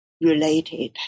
related